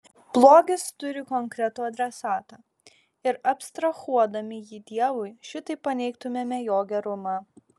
blogis turi konkretų adresatą ir abstrahuodami jį dievui šitaip paneigtumėme jo gerumą